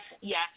Yes